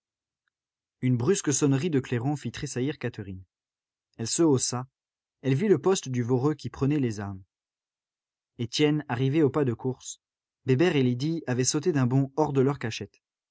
une brusque sonnerie de clairon fit tressaillir catherine elle se haussa elle vit le poste du voreux qui prenait les armes étienne arrivait au pas de course bébert et lydie avaient sauté d'un bond hors de leur cachette